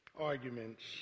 arguments